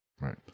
Right